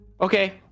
Okay